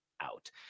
out